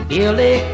Billy